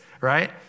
right